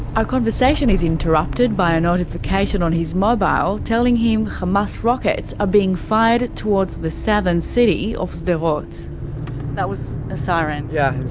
our conversation is interrupted by a notification on his mobile telling him hamas rockets are being fired towards the southern city of sderot. that was a siren? yes,